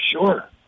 sure